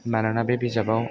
मानोना बे बिजाबाव